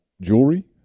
jewelry